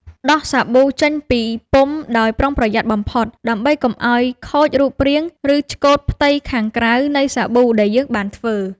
ដោះសាប៊ូចេញពីពុម្ពដោយប្រុងប្រយ័ត្នបំផុត ដើម្បីកុំឱ្យខូចរូបរាង ឬឆ្កូតផ្ទៃខាងក្រៅនៃសាប៊ូដែលយើងបានធ្វើ។